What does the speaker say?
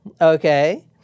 okay